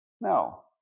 No